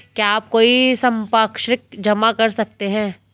क्या आप कोई संपार्श्विक जमा कर सकते हैं?